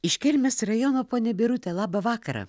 iš kelmės rajono ponia birute labą vakarą